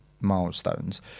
milestones